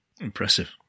Impressive